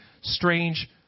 strange